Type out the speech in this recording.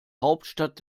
hauptstadt